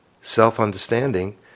self-understanding